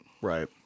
Right